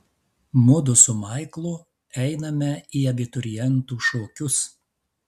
mudu su maiklu einame į abiturientų šokius